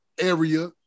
area